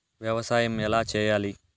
వ్యవసాయం ఎలా చేయాలి?